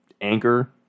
anchor